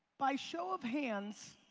by show of hands,